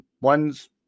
one's